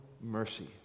mercy